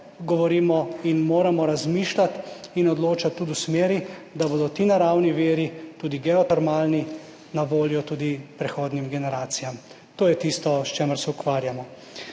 govorimo in moramo razmišljati in odločati tudi v smeri, da bodo ti naravni viri, tudi geotermalni, na voljo tudi prihodnjim generacijam. To je tisto, s čimer se ukvarjamo.